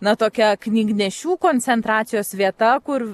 na tokia knygnešių koncentracijos vieta kur